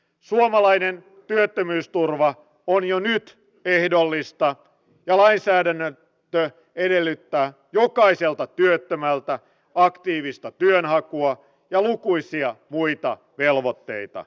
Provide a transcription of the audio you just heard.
suomalainen työttömyysturva on jo nyt ehdollista ja lainsäädäntö edellyttää jokaiselta työttömältä aktiivista työnhakua ja lukuisia muita velvoitteita